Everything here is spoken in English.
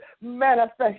manifest